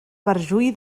perjuí